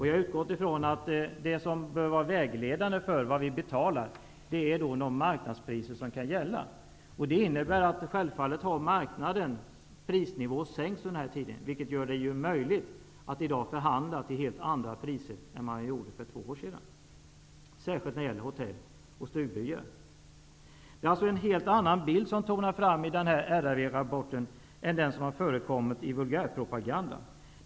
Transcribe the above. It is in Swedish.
Jag utgår från att det som bör vara vägledande för vad vi betalar är de marknadspriser som gäller. Prisnivån har sänkts under den här tiden, vilket gör det möjligt att i dag förhandla till helt andra priser än man gjorde för två år sedan, särskilt när det gäller hotell och stugbyar. Det är en helt annan bild som tonar fram i RRV rapporten än den som förekommit i vulgärpropagandan.